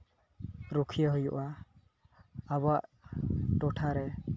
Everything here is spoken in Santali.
ᱨᱩᱠᱷᱤᱭᱟᱹ ᱦᱩᱭᱩᱜᱼᱟ ᱟᱵᱚᱣᱟᱜ ᱴᱚᱴᱷᱟ ᱨᱮ